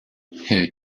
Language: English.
her